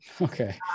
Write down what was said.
Okay